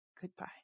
Goodbye